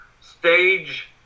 stage